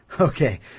Okay